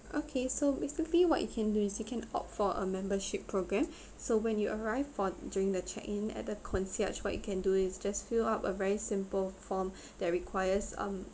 okay so basically what you can do is you can opt for a membership program so when you arrive for during the check in at the concierge what you can do is just fill up a very simple form that requires um